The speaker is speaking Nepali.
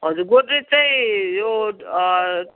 हजुर गोद्रेज चाहिँ यो